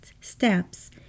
steps